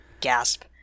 Gasp